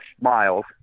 miles